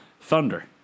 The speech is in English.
Thunder